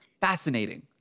fascinating